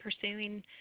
pursuing